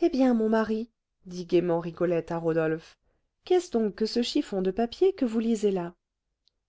eh bien mon mari dit gaiement rigolette à rodolphe qu'est-ce que c'est donc que ce chiffon de papier que vous lisez là